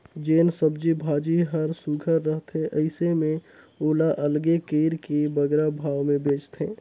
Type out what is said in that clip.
जेन सब्जी भाजी हर सुग्घर रहथे अइसे में ओला अलगे कइर के बगरा भाव में बेंचथें